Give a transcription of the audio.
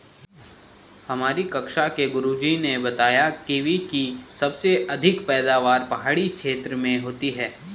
हमारी कक्षा के गुरुजी ने बताया कीवी की सबसे अधिक पैदावार पहाड़ी क्षेत्र में होती है